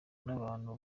n’abantu